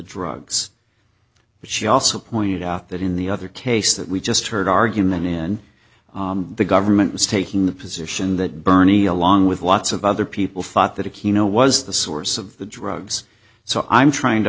drugs but she also pointed out that in the other case that we just heard argument in the government was taking the position that bernie along with lots of other people thought that aquino was the source of the drugs so i'm trying to